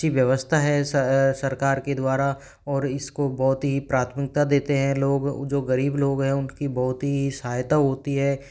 अच्छी व्यवस्था है सरकार के द्वारा और इसको बहुत ही प्राथमिकता देते है लोग जो गरीब लोग है उनकी बहुत ही सहायता होती है